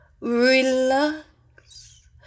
relax